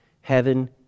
heaven